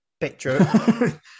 picture